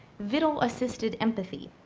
vital assisted empathy,